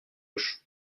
gauche